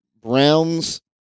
Browns